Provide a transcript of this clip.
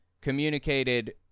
communicated